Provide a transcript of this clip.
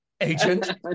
agent